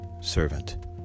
servant